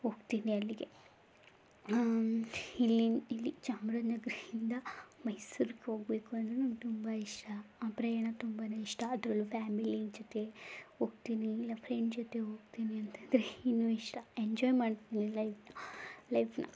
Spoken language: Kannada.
ಹೋಗ್ತೀನಿ ಅಲ್ಲಿಗೆ ಇಲ್ಲಿನ ಇಲ್ಲಿ ಚಾಮರಾಜನಗರದಿಂದ ಮೈಸೂರಿಗೆ ಹೋಗ್ಬೇಕು ಅಂದರೆ ನನ್ಗೆ ತುಂಬ ಇಷ್ಟ ಆ ಪ್ರಯಾಣ ತುಂಬನೇ ಇಷ್ಟ ಅದರಲ್ಲೂ ಫ್ಯಾಮಿಲಿ ಜೊತೆ ಹೋಗ್ತೀನಿ ಇಲ್ಲ ಫ್ರೆಂಡ್ ಜೊತೆಗೆ ಹೋಗ್ತೀನಿ ಅಂತ ಅಂದ್ರೆ ಇನ್ನೂ ಇಷ್ಟ ಎಂಜಾಯ್ ಮಾಡ್ತೀನಿ ಲೈಫ್ ಲೈಫ್ನ